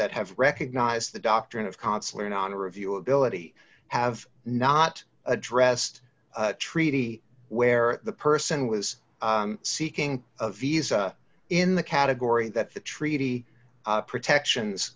that have recognized the doctrine of consular in on a review ability have not addressed treaty where the person was seeking a visa in the category that the treaty protections